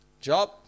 Job